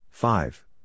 Five